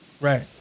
Right